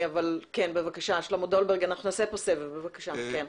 שלמה דולברג, בבקשה.